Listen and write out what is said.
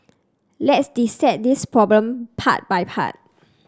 let's dissect this problem part by part